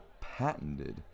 patented